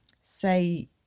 say